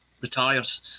retires